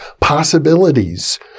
possibilities